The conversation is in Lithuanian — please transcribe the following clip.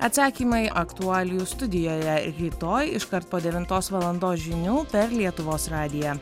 atsakymai aktualijų studijoje rytoj iškart po devintos valandos žinių per lietuvos radiją